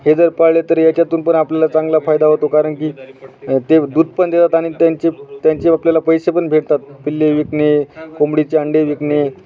हे जर पाळले तर याच्यातून पण आपल्याला चांगला फायदा होतो कारण की ते दूध पण देतात आणि त्यांचे त्यांचे आपल्याला पैसे पण भेटतात पिल्ले विकणे कोंबडीचे अंडे विकणे